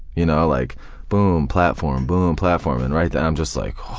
you know like boom, platform, boom, platform, and right then i'm just like.